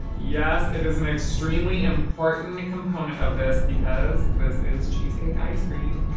yes, it is an extremely important component of this because this is cheesecake ice cream.